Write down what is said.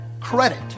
credit